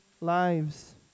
lives